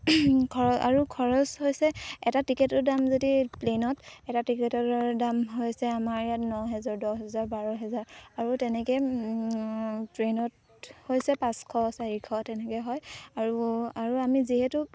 আৰু খৰচ হৈছে এটা টিকেটৰ দাম যদি প্লেইনত এটা টিকেটৰ দাম হৈছে আমাৰ ইয়াত ন হেজাৰ দহ হেজাৰ বাৰ হেজাৰ আৰু তেনেকৈ ট্ৰেইনত হৈছে পাঁচশ চাৰিশ তেনেকৈ হয় আৰু আৰু আমি যিহেতু